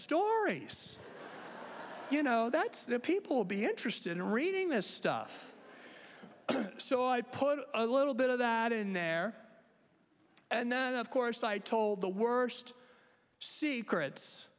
stories you know that people will be interested in reading this stuff so i put a little bit of that in there and then of course i told the worst secrets